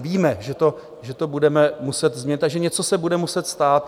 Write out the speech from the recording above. Víme, že to budeme muset změnit, takže něco se bude muset stát.